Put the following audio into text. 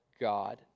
God